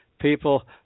People